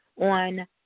on